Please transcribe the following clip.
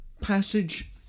Passage